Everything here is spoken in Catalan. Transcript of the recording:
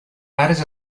pares